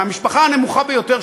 מהמשפחה הנמוכה ביותר.